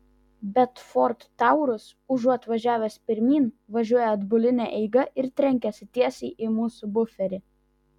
bet ford taurus užuot važiavęs pirmyn važiuoja atbuline eiga ir trenkiasi tiesiai į mūsų buferį